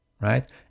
right